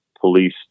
police